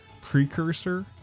precursor